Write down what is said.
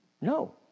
No